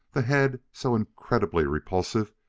the head, so incredibly repulsive,